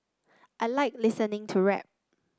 I like listening to rap